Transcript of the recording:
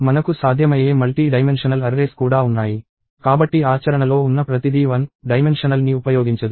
మనకు సాధ్యమయ్యే బహుమితీయ అర్రేస్ కూడా ఉన్నాయి కాబట్టి ఆచరణలో ఉన్న ప్రతిదీ 1 డైమెన్షనల్ని ఉపయోగించదు